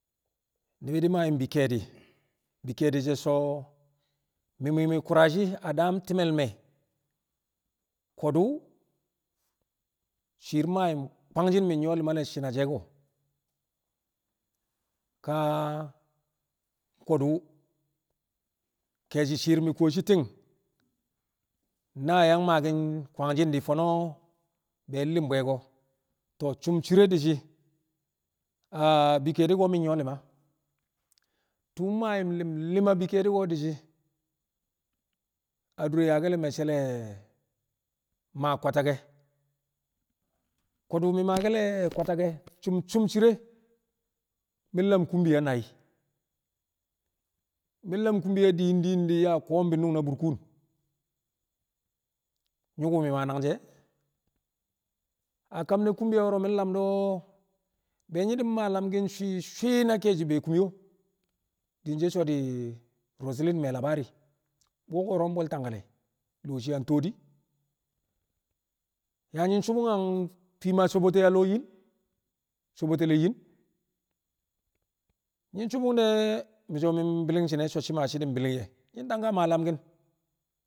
ni̱bi̱ di̱ mma yu̱m bi kẹe̱di̱ bi ke̱e̱di̱ so̱ mi̱ mwi̱i̱ mwi̱i̱ ku̱u̱ra shi̱ a daam ti̱me̱l me̱ ko̱du̱ shi̱i̱r mma yu̱m kwanshi̱n mi̱ nyu̱wo̱ li̱ma she̱ ko̱ ka ko̱du̱ ke̱e̱shi̱ shi̱ɪr mi̱ kuwoshi̱ ti̱ng na yang maaki̱n kwanshi̱n di̱ fo̱no̱ be li̱m bu̱ e̱ ko to̱o̱ cum cire di̱ shi̱ a bi ke̱e̱di̱ ko̱ mi̱ nyu̱wo̱ li̱ma tu̱u̱ mma yu̱m li̱m li̱m a bi ke̱e̱di̱ ko̱ di̱ shi̱ a dure yaa me̱cce̱ le̱ maa kwatage̱ ko̱du̱ mi̱ maake̱l le̱ kwatage̱ cum cum cire mi̱ lam kumbaya nai̱, mi̱ lam kumbiya din din din nyaa a koom bi̱nnu̱ng na burkuun nyu̱ku̱ mi̱ maa nangji̱ e̱ a kumbiya wo̱ro̱ mi̱ lam do̱ be nyi̱ di̱ maa lamki̱n swi̱swi̱ na ke̱e̱shi̱ be̱e̱ kumyo din she̱ so̱ di̱ Roseline Mailabari buwo ko̱ro̱ mbwe̱l Tangkale lo̱o̱ shii a Todi yaa nyi̱ shubung a fii maa sobote a lo̱o̱ yin sobote yin nyi̱ shubung de̱ mi̱ so̱ mi̱ bi̱li̱ng shi̱ne̱ so̱ shi̱ ma shi̱ di̱ bi̱li̱ng ye̱ nyi̱ tangka maa lamki̱n.